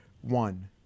One